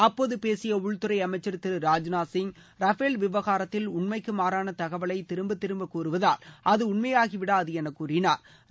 அப்போது பேசிய உள்துறை அமைச்சள் திரு ராஜ்நாத்சிங் ரஃபேல் விவகாரத்தில் உண்மைக்கு மாறாள தகவலை திரும்பத் திரும்பக் கூறுவதால் அது மெய்யாகிவிடாது என கூறினாா்